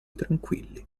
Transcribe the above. tranquilli